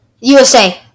USA